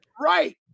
Right